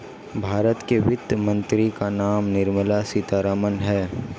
भारत के वित्त मंत्री का नाम निर्मला सीतारमन है